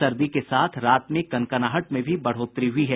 सर्दी के साथ रात में कनकनाहट में भी बढ़ोतरी हुई है